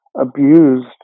abused